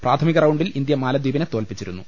പ്രാഥമിക റൌണ്ടിൽ ഇന്ത്യ മാലദ്വീ പിനെ തോൽപ്പിച്ചിരുന്നു